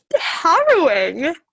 harrowing